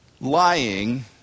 Lying